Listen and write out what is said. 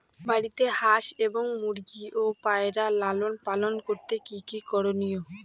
বাড়িতে হাঁস এবং মুরগি ও পায়রা লালন পালন করতে কী কী করণীয়?